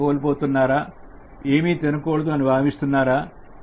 ఏమి తినకూడదు అని భావిస్తున్నారా